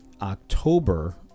October